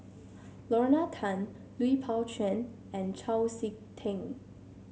Lorna Tan Lui Pao Chuen and Chau SiK Ting